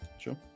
Sure